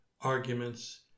arguments